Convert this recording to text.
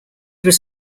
was